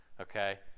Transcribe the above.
Okay